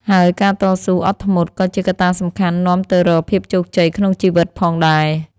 ហើយការតស៊ូ អត់ធ្មត់ ក៏ជាកត្តាសំខាន់នាំទៅរកភាពជោគជ័យក្នុងជីវិតផងដែរ។